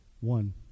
One